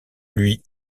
lui